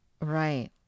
Right